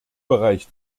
bereich